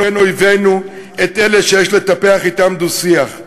אויבינו את אלה שיש לטפח אתם דו-שיח.